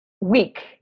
weak